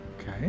Okay